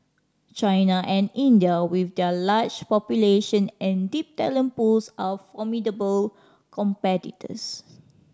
China and India with their large population and deep talent pools are formidable competitors